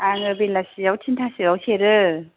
आङो बेलासिआव थिनथासोआव सेरो